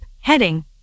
Heading